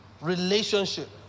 Relationship